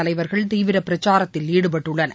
தலைவர்கள் தீவிரபிரச்சாரத்தில் ஈடுபட்டுள்ளனர்